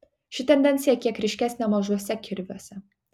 ši tendencija kiek ryškesnė mažuose kirviuose